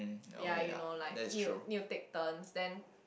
ya you know like need to need to take turns then